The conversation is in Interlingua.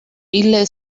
ille